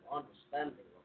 understanding